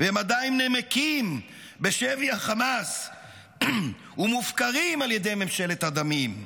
והם עדיין נמקים בשבי החמאס ומופקרים על ידי ממשלת הדמים.